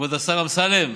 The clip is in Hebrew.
כבוד השר אמסלם,